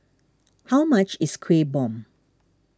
how much is Kuih Bom